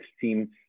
seems